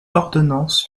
ordonnance